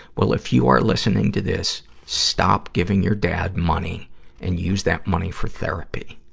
well, if you are listening to this, stop giving your dad money and use that money for therapy.